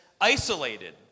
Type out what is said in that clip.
isolated